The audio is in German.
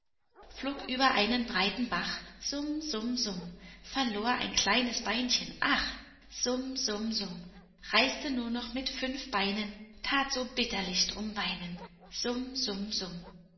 flog über einen breiten bach summ summ summ verlor ein kleines beinchen ach summ summ summ reiste nur noch mit fünf beinen tat so bitterlich drum weinen summ summ summ